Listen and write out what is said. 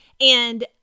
and-